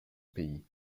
pays